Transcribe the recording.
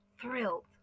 thrilled